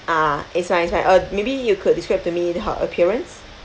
ah it's fine it's fine uh maybe you could describe to me her appearance